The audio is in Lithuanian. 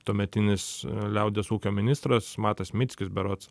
tuometinis liaudies ūkio ministras matas mickis berods